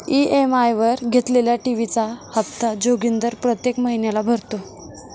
EMI वर घेतलेल्या TV चा हप्ता जोगिंदर प्रत्येक महिन्याला भरतो